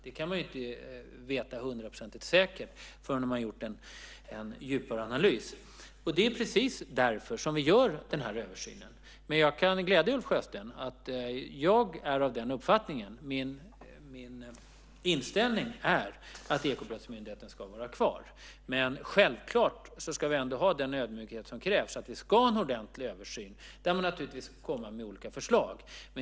Det kan man ju inte veta hundraprocentigt säkert förrän man gjort en djupare analys, och det är precis därför vi gör den här översynen. Jag kan glädja Ulf Sjösten med att min inställning är att Ekobrottsmyndigheten ska vara kvar. Självklart ska vi dock ha den ödmjukhet som krävs och ha en ordentlig översyn där man naturligtvis får komma med olika förslag.